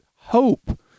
hope